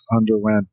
underwent